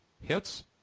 hits